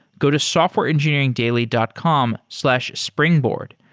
go to softwareengineeringdaily dot com slash springboard.